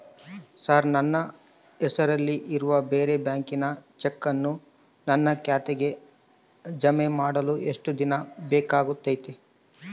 Sir ನನ್ನ ಹೆಸರಲ್ಲಿ ಇರುವ ಬೇರೆ ಬ್ಯಾಂಕಿನ ಚೆಕ್ಕನ್ನು ನನ್ನ ಖಾತೆಗೆ ಜಮಾ ಮಾಡಲು ಎಷ್ಟು ದಿನ ಬೇಕಾಗುತೈತಿ?